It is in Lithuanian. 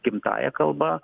gimtąja kalba